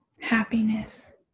happiness